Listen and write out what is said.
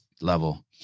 level